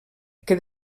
que